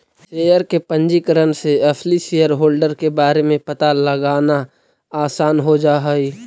share के पंजीकरण से असली शेयरहोल्डर के बारे में पता लगाना आसान हो जा हई